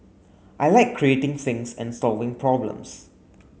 I like creating things and solving problems